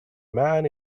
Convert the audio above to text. man